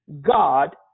God